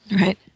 Right